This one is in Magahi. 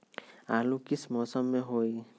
आलू किस मौसम में होई?